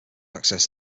access